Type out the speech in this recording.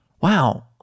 wow